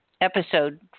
episode